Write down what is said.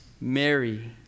Mary